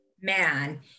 man